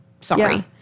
Sorry